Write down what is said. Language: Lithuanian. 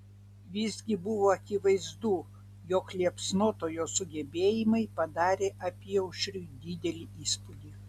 visgi buvo akivaizdu jog liepsnotojo sugebėjimai padarė apyaušriui didelį įspūdį